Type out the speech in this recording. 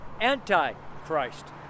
anti-Christ